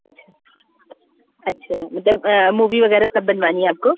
अच्छा अच्छा मतलब मूवी वगैरह सब बनवानी है आपको